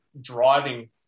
driving